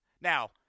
Now